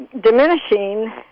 diminishing